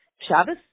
Shabbos